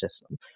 system